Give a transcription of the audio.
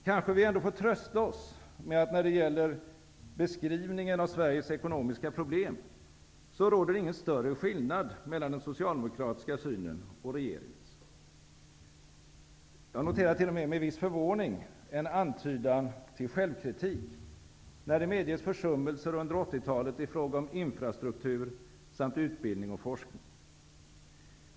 Kanske vi ändå får trösta oss med att när det gäller beskrivningen av Sveriges ekonomiska problem, så råder det ingen större skillnad mellan den socialdemokratiska synen och regeringens. Jag noterar t.o.m. med viss förvåning en antydan till självkritik, när det medges försummelser under 1980-talet i fråga om infrastruktur samt utbildning och forskning.